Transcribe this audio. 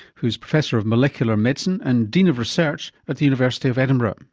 who's professor of molecular medicine and dean of research at the university of edinburgh.